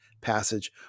passage